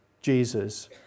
Jesus